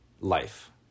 life